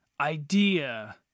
idea